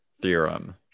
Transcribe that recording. theorem